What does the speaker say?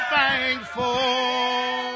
thankful